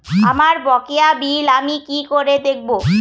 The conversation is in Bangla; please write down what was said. আমার বকেয়া বিল আমি কি করে দেখব?